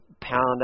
pound